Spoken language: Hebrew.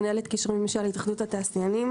מנהלת קשרי ממשל בהתאחדות התעשיינים.